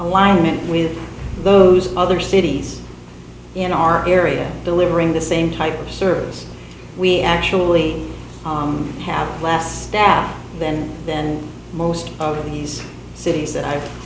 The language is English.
alignment with those other cities in our area delivering the same type of service we actually have last staff then then most of these cities that i